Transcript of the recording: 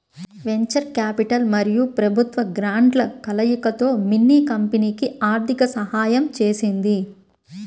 venture capital మరియు ప్రభుత్వ గ్రాంట్ల కలయికతో మిన్నీ కంపెనీకి ఆర్థిక సహాయం చేసింది